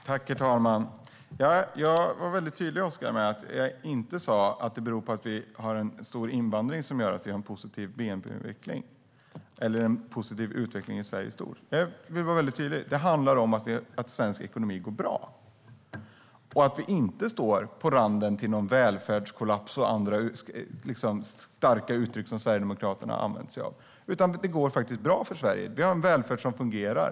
Herr talman! Jag var väldigt tydlig, Oscar, med att det inte är den stora invandringen som gör att vi har en positiv bnp-utveckling eller en positiv utveckling i Sverige i stort. Vad jag säger är att svensk ekonomi går bra och att vi inte står på randen till någon välfärdskollaps, vilket är ett av de starka uttryck som Sverigedemokraterna använt sig av. Det går faktiskt bra för Sverige. Vi har en välfärd som fungerar.